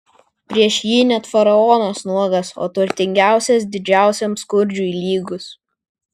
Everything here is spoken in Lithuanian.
prieš jį net faraonas nuogas o turtingiausias didžiausiam skurdžiui lygus